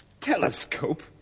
Telescope